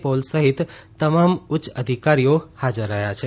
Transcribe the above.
pole સહિત તમામ ઉચ્ય અધિકારીઓ હાજર રહ્યા છે